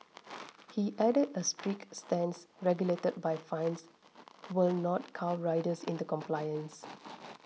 he added a strict stance regulated by fines will not cow riders into compliance